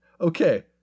okay